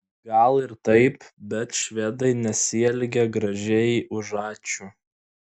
gal ir taip bet švedai nesielgia gražiai už ačiū